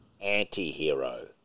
Anti-hero